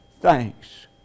thanks